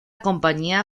compañía